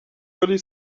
really